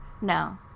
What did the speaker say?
No